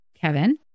Kevin